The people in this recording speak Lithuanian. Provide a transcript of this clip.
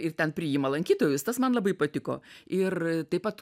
ir ten priima lankytojus tas man labai patiko ir taip pat